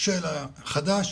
והשתתפותי חדש,